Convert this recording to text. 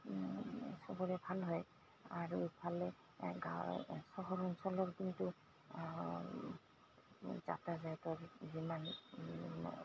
চবৰে ভাল হয় আৰু ইফালে গাঁও চহৰ অঞ্চলৰ কিন্তু যাতায়তৰ যিমান